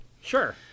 sure